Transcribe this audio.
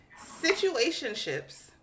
situationships